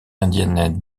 indienne